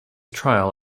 trial